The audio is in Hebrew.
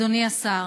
אדוני השר,